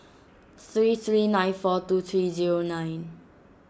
three three nine four two three zero nine